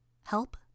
Help